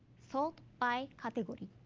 sort by category,